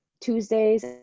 Tuesdays